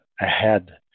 ahead